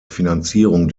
finanzierung